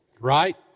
Right